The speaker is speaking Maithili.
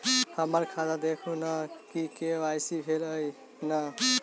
हम्मर खाता देखू नै के.वाई.सी भेल अई नै?